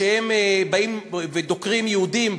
הם באים ודוקרים יהודים,